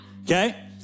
okay